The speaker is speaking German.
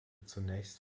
zunächst